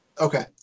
Okay